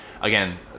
Again